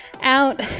out